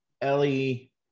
ellie